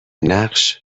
نقش